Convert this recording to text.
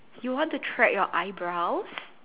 you want to thread your eyebrows